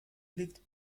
liegt